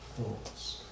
thoughts